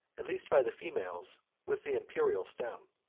at least by the females, with the imperial stem.